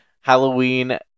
Halloween